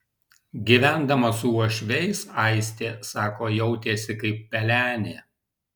gyvendama su uošviais aistė sako jautėsi kaip pelenė